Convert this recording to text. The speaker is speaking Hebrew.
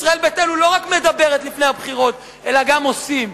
ישראל ביתנו לא רק מדברת לפני הבחירות אלא גם עושים.